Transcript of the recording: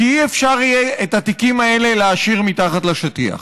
כי לא יהיה אפשר להשאיר את התיקים האלה מתחת לשטיח.